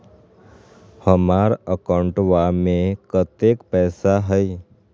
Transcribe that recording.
हमार अकाउंटवा में कतेइक पैसा हई?